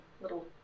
little